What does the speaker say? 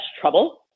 trouble